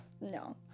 no